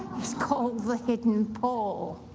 he's called the hidden paw.